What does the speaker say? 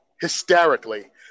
hysterically